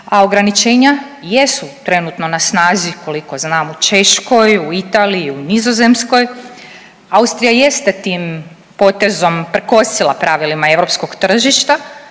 a ograničenja jesu trenutno na snazi koliko znam u Češkoj, u Italiji u Nizozemskoj. Austrija jeste tim potezom prkosila pravilima europskog tržišta,